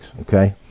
okay